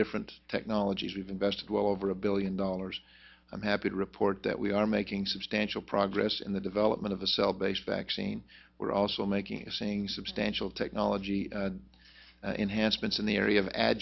different technologies we've invested well over a billion dollars i'm happy to report that we are making substantial progress in the development of the cell based vaccine we're also making saying substantial technology enhanced since in the area of a